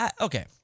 okay